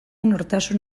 nortasun